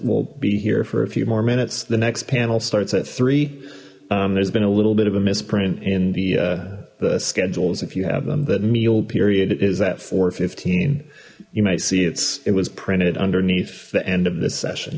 we'll be here for a few more minutes the next panel starts at three zero there's been a little bit of a misprint in the schedules if you have them that meal period is at four fifteen you might see it's it was printed underneath the end of this session